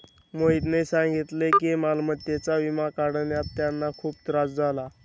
मोहितने सांगितले की मालमत्तेचा विमा काढण्यात त्यांना खूप त्रास झाला